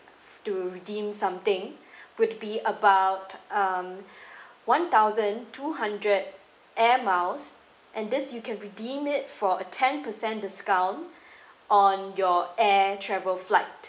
to redeem something would be about um one thousand two hundred air miles and this you can redeem it for a ten percent discount on your air travel flight